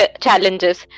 challenges